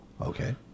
Okay